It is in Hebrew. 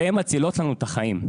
והן מצילות לנו את החיים.